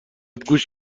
گوش